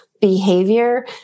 behavior